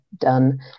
done